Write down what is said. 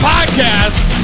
podcast